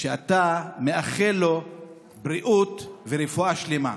שאתה מאחל לו בריאות ורפואה שלמה.